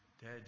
Dead